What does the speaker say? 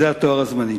זה התואר הזמני.